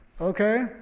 okay